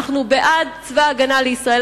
אנחנו בעד צבא-הגנה לישראל,